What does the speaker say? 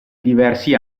diversi